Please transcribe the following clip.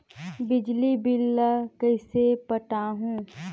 बिजली बिल ल कइसे पटाहूं?